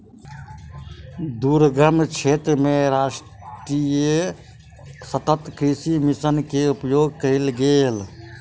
दुर्गम क्षेत्र मे राष्ट्रीय सतत कृषि मिशन के उपयोग कयल गेल